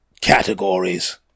categories